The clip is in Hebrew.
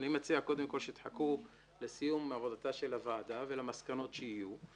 אני מציע קודם כל שתחכו לסיום עבודתה של הוועדה ולמסקנות שיהיו.